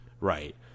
Right